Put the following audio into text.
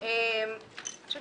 אפשר